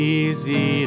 easy